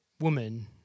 woman